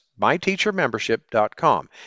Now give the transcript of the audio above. myteachermembership.com